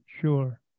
Sure